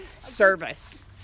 service